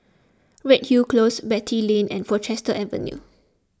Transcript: Redhill Close Beatty Lane and Portchester Avenue